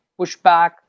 pushback